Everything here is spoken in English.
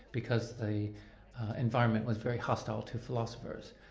because the environment was very hostile to philosophers.